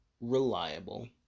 reliable